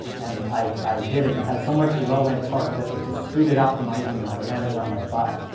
and i i did it. and it had so much low-end torque that it just scooted out from under me, and i landed on my butt.